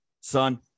son